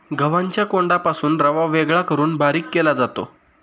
गव्हाच्या कोंडापासून रवा वेगळा करून बारीक केला जातो